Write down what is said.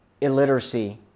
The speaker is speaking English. illiteracy